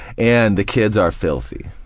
and the kids are filthy.